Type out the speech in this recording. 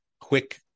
quick